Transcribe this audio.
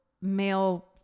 male